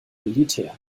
militär